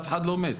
אף אחד לא מת.